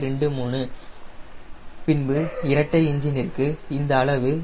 23 பின்பு இரட்டை எஞ்சின் ற்கு இந்த அளவு 0